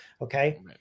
okay